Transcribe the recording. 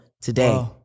today